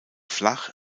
flach